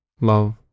love